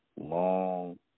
long